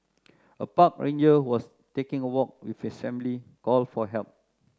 a park ranger who was taking a walk with his family called for help